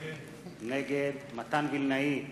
נגד מתן וילנאי,